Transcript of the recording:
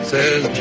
Says